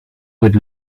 with